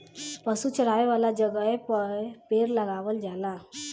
पशु चरावे वाला जगहे पे पेड़ लगावल जाला